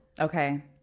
Okay